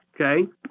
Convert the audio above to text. Okay